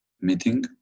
meeting